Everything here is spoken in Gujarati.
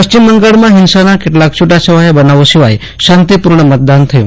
પશ્ચિમ બંગાળમાં હિંસાના કેટલાંક છૂટાછવાયા બનાવો સિવાય શાંતિપૂર્ણ મતદાન થયું